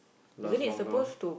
last longer